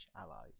allies